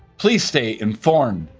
please stay informed,